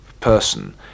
person